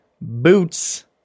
Boots